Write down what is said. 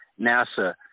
NASA